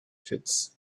pits